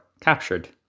captured